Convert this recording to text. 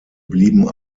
blieben